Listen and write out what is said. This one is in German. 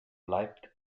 bleibt